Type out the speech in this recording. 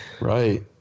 right